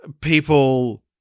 people